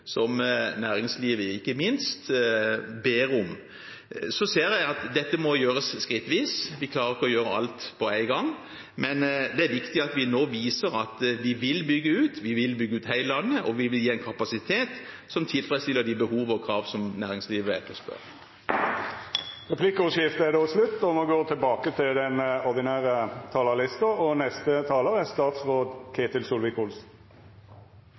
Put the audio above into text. som næringslivet ikke minst ber om. Så ser jeg at dette må gjøres skrittvis. Vi klarer ikke å gjøre alt på en gang, men det er viktig at vi nå viser at vi vil bygge ut. Vi vil bygge ut hele landet, og vi vil gi en kapasitet som tilfredsstiller de behov og krav som næringslivet etterspør. Replikkordskiftet er slutt. La meg få si takk til Stortinget for en god behandling og gode flertall for statsbudsjettet for 2018. Det er viktig å